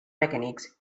mechanics